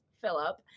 Philip